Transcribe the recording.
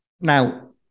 Now